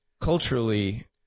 culturally